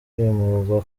kwimurwa